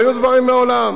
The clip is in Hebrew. והיו דברים מעולם.